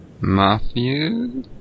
Matthew